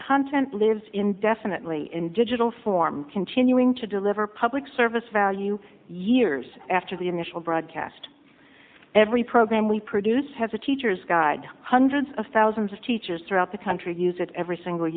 content lives indefinitely in digital form continuing to deliver public service value years after the initial broad caste every program we produce has a teachers guide hundreds of thousands of teachers throughout the country use it every single